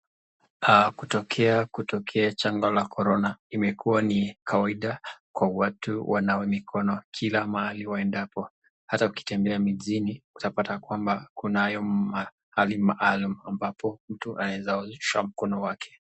Aah kutokea janga la Corona imekua ni kawaida kwa watu wanawe mikono kila mahali waendapo hata ukitembea mjini utapata kwamba kunayo mahali maalum ambayo mtu anaeza osha mkono wake.